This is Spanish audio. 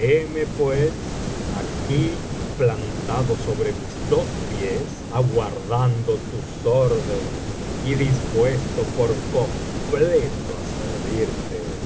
pues aquí plantado sobre mis dos pies aguardando tus órdenes y dispuesto por completo á servirte